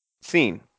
Scene